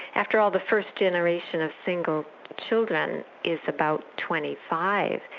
after all, the first generation of single children is about twenty five,